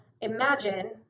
imagine